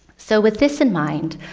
so with this in mind,